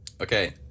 Okay